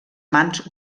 mans